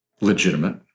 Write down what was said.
legitimate